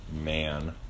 man